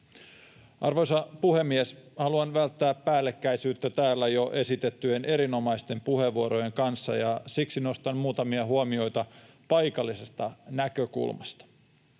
Arvoisa puhemies! Haluan välttää päällekkäisyyttä täällä jo esitettyjen erinomaisten puheenvuorojen kanssa, ja siksi nostan muutamia huomioita paikallisesta näkökulmasta.